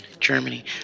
Germany